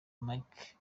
mike